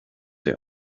they